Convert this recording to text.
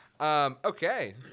Okay